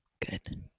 Good